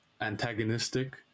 antagonistic